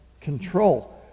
control